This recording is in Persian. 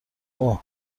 اوه